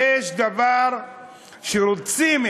יש דבר שרוצים,